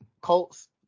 Colts